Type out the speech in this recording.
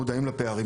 מודעים לפערים.